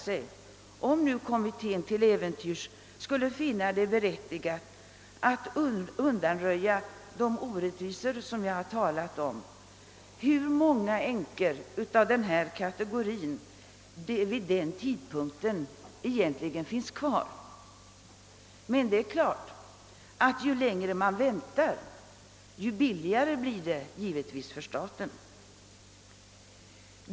Och om kommittén till äventyrs skulle finna det berättigat att undanröja de orättvisor som jag talat om, kan man fråga sig hur många änkor av den ifrågavarande kategorin som vid den tidpunkten egentligen kommer att finnas kvar. Men det är klart att ju längre man väntar, desto billigare blir det hela för staten.